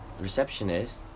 receptionist